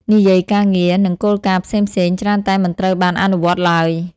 និយាមការងារ និងគោលការណ៍ផ្សេងៗច្រើនតែមិនត្រូវបានអនុវត្តឡើយ។